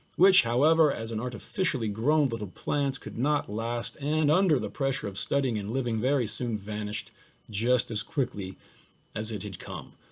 which however as an artificially grown little plants could not last and under the pressure of studying and living very soon vanished just as quickly as it had come.